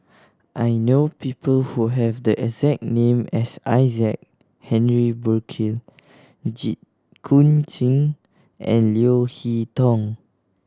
I know people who have the exact name as Isaac Henry Burkill Jit Koon Ch'ng and Leo Hee Tong